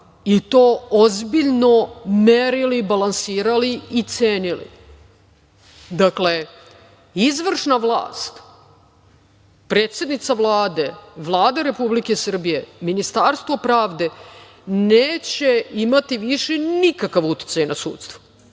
i to ozbiljno merili, balansirali i cenili. Dakle, izvršna vlast, predsednica Vlade, Vlada Republike Srbije, Ministarstvo pravde neće imati više nikakav uticaj na sudstvo,